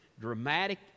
dramatic